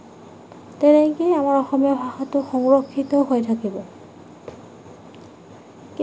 তেনেকেই আমাৰ অসমীয়া ভাষাটো সংৰক্ষিত হৈ থাকিব